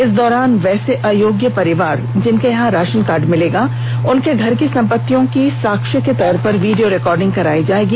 इस दौरान वैसै अयोग्य परिवार जिनके यहां राशन कार्ड मिलेगा उनके घर की संपत्तियों की साक्ष्य के तौर पर वीडियो रिकॉर्डिंग कराई जाएगी